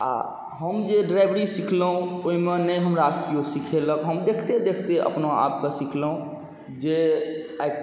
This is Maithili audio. आओर हम जे ड्राइवरी सिखलहुँ ओहिमे नहि हमरा केओ सिखेलक हम देखिते देखिते अपना आपके सिखलहुँ जे आइ